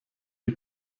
die